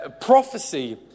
Prophecy